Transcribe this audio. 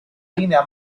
linea